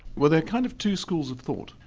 well there are kind of two schools of thought,